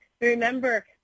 Remember